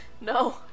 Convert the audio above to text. No